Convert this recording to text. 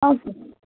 okay ma'am